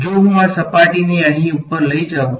જો હું આ સપાટીને અહીં ઉપર લઈ જાઉં